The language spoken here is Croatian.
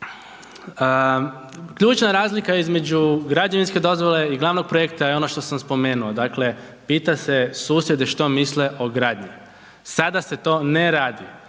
Ključna razlika između građevinske dozvole i glavnog projekta je ono što sam spomenuo, dakle pita se susjede što misle o gradnji. Sada se to ne radi.